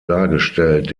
dargestellt